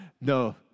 no